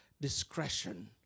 discretion